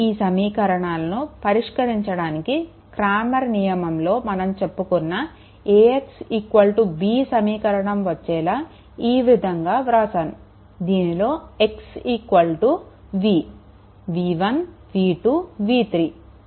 ఈ సమీకరణాలను పరిష్కరించడానికి క్రామర్ నియమంలో మనం చెప్పుకున్న AX B సమీకరణం వచ్చేలా ఈ విధంగా వ్రాసాను దీనిలో X v v1 v2 v3